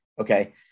Okay